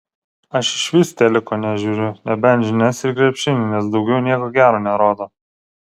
aš išvis teliko nežiūriu nebent žinias ir krepšinį nes daugiau nieko gero nerodo